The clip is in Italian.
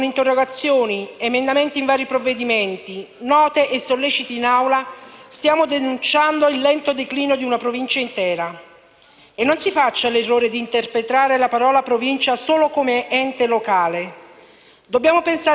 E non si faccia l'errore di interpretare la parola «provincia» solo come ente locale. Dobbiamo pensare soprattutto alla popolazione di quella Provincia che per prima subisce disagi di una cattiva e in questo caso assente gestione ordinaria.